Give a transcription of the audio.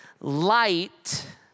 Light